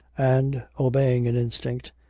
and, obeying an instinct,